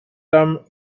term